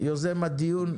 יוזם הדיון.